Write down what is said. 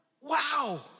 Wow